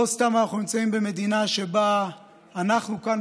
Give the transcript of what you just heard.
לא סתם אנחנו נמצאים במדינה שבה אנחנו כאן,